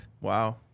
Wow